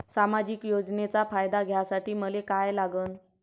सामाजिक योजनेचा फायदा घ्यासाठी मले काय लागन?